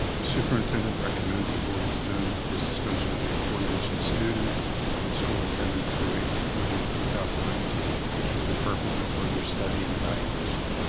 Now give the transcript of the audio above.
the superintendent recommends the board extend the suspension of the aforementioned students from school attendance through april thirtieth two thousand and nineteen for the purpose of further study and evaluation.